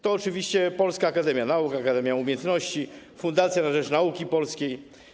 To oczywiście Polska Akademia Nauk, Akademia Umiejętności, Fundacja na rzecz Nauki Polskiej.